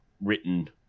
written